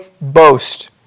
boast